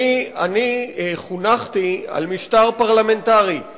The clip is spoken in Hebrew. מי יחליט אם